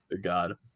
God